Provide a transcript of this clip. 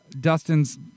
Dustin's